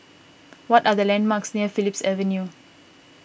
what are the landmarks near Phillips Avenue